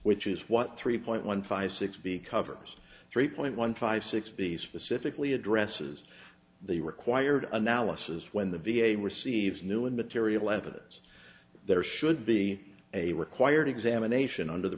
which is what three point one five six b covers three point one five six b specifically addresses the required analysis when the v a receives new and material evidence there should be a required examination under the